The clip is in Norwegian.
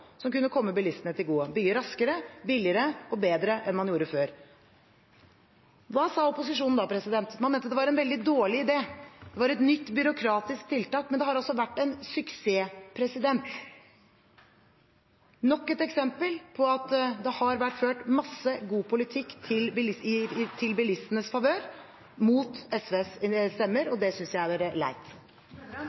som kunne komme bilistene til gode – bygge raskere, billigere og bedre enn man gjorde før. Hva sa opposisjonen da? Man mente det var en veldig dårlig idé, det var et nytt byråkratisk tiltak – men det har altså vært en suksess. Det er nok et eksempel på at det har vært ført mye god politikk i bilistenes favør – mot SVs stemmer, og det synes jeg er leit.